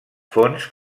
fons